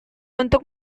untuk